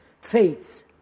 faiths